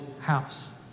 house